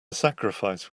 sacrifice